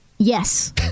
Yes